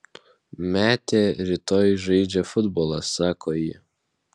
metė rytoj žaidžia futbolą sako ji